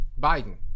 Biden